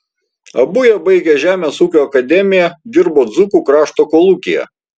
abu jie baigę žemės ūkio akademiją dirbo dzūkų krašto kolūkyje